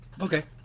Okay